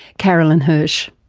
carolyn hirsh.